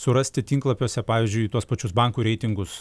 surasti tinklapiuose pavyzdžiui tuos pačius bankų reitingus